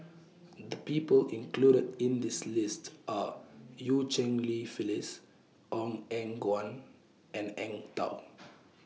The People included in This list Are EU Cheng Li Phyllis Ong Eng Guan and Eng Tow